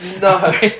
No